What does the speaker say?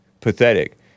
pathetic